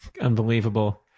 unbelievable